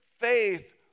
faith